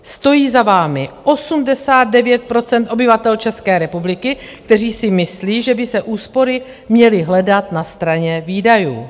Stojí za vámi 89 % obyvatel České republiky, kteří si myslí, že by se úspory měly hledat na straně výdajů.